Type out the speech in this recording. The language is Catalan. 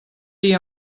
dir